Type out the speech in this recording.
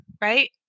right